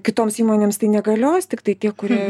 kitoms įmonėms tai negalios tiktai tie kurie